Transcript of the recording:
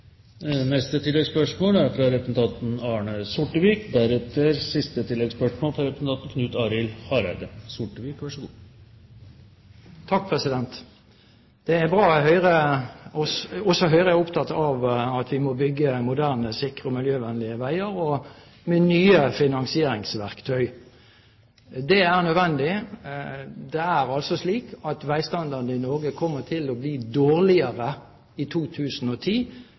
Det er bra at også Høyre er opptatt av at vi må bygge moderne, sikre og miljøvennlige veier og med nye finansieringsverktøy. Det er nødvendig. Veistandarden i Norge kommer til å bli dårligere i 2010,